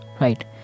right